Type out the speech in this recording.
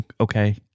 okay